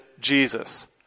Jesus